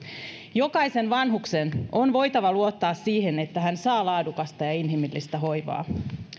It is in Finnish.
jokaisen vanhuksen on voitava luottaa siihen että hän saa laadukasta ja inhimillistä hoivaa